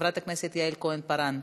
חברת הכנסת יעל כהן-פארן,